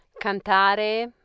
Cantare